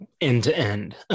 end-to-end